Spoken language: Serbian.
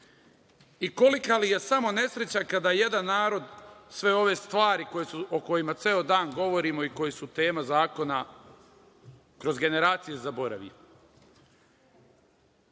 i kolika li je samo nesreća kada jedan narod sve ove stvari o kojima ceo dan govorimo i koje su tema zakona kroz generacije,